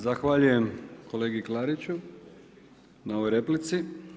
Zahvaljujem kolegi Klariću na ovoj replici.